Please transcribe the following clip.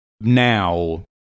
now